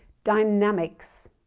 dynamics